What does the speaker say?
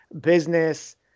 business